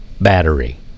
battery